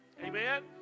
Amen